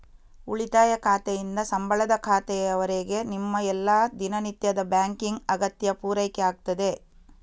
ಉಳಿತಾಯ ಖಾತೆಯಿಂದ ಸಂಬಳದ ಖಾತೆಯವರೆಗೆ ನಿಮ್ಮ ಎಲ್ಲಾ ದಿನನಿತ್ಯದ ಬ್ಯಾಂಕಿಂಗ್ ಅಗತ್ಯ ಪೂರೈಕೆ ಆಗ್ತದೆ